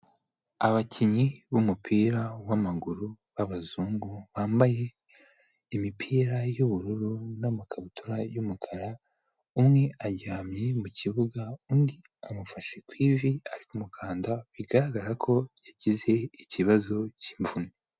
Abakinnyi b'umupira w'amaguru b'abazungu, bambaye imipira y'ubururu n'amakabutura y'umukara, umwe aryamye mu kibuga undi amufashe ku ivi ari mukanda, bigaragara ko yagize ikibazo cy'imvune.